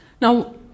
Now